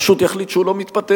פשוט יחליט שהוא לא מתפטר.